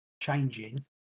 changing